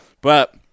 But-